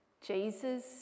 Jesus